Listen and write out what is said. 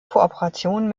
kooperationen